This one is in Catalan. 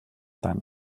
tant